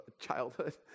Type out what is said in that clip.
childhood